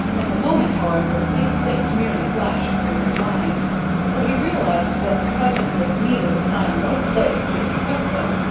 at the moment, however, these things merely flashed through his mind for he realized that the present was neither the time nor the place to discuss them.